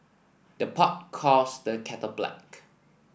the pot calls the kettle black